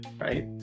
right